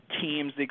teams